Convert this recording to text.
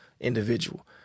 individual